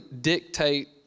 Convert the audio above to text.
dictate